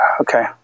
Okay